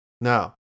Now